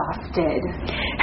exhausted